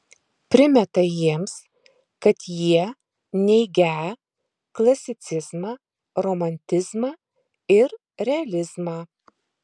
primeta jiems kad jie neigią klasicizmą romantizmą ir realizmą